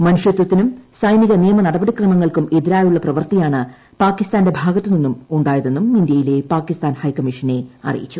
മനുഷ്യത്തത്തിനും സൈനിക നിയമ നടപടിക്രമങ്ങൾക്കും എതിരായുളള പ്രവർത്തിയാണ് പാക്കിസ്ഥാന്റെ ഭാഗത്തുനിന്നും ഉണ്ടായതെന്നും ഇന്തൃയിലെ പാക്കിസ്ഥാൻ ഹൈക്കമ്മീഷനെ അറിയിച്ചു